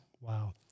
Wow